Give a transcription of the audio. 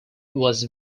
was